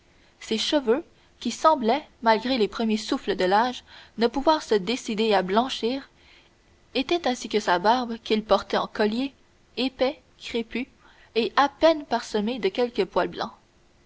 ses cheveux qui semblaient malgré les premiers souffles de l'âge ne pouvoir se décider à blanchir étaient ainsi que sa barbe qu'il portait en collier épais crépus et à peine parsemés de quelques poils blancs